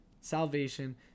salvation